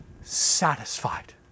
satisfied